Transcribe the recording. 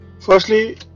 firstly